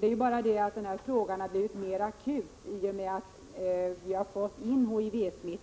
Det enda som har hänt är att frågan nu har blivit mer akut i och med att HIV-smitta och aids har tillkommit.